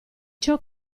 ciò